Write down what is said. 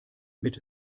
mit